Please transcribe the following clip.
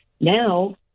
now